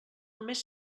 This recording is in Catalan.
només